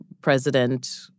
president